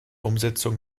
umsetzung